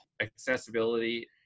accessibility